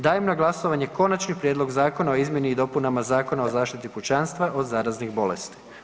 Dajem na glasovanje Konačni prijedlog zakona o izmjeni i dopunama Zakona o zaštiti pučanstva od zaraznih bolesti.